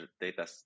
data